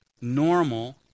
normal